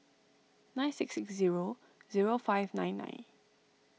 nine six six zero zero five nine nine